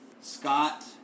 Scott